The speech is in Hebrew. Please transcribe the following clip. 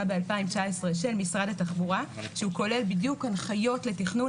ב-2019 של משרד התחבורה שהוא כולל בדיוק הנחיות לתכנון,